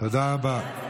תודה רבה.